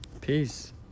peace